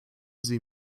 sie